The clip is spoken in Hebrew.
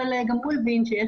אלא כי הוא הבין שזה